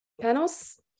Panels